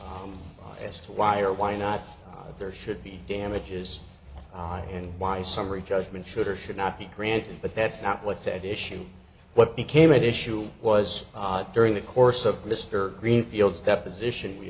forth as to why or why not there should be damages and why summary judgment should or should not be granted but that's not what's at issue what became an issue was during the course of mr greenfields deposition we